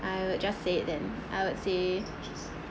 I will just say then I would say